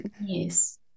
Yes